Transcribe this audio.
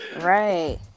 Right